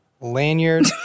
Lanyard